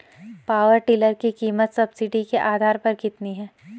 Power tiller की कीमत subsidy के आधार पर कितनी है?